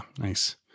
Nice